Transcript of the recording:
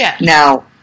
now